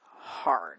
hard